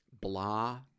blah